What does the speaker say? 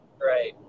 Right